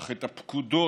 אך את הפקודות